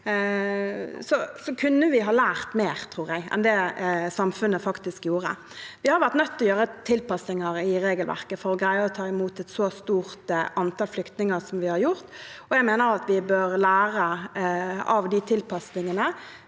vi kunne ha lært mer enn det samfunnet faktisk gjorde. Vi har vært nødt til å gjøre tilpasninger i regelverket for å greie å ta imot et så stort antall flyktninger som vi har gjort. Jeg mener at vi bør lære av de tilpasningene,